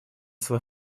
свой